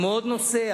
עם עוד נוסע,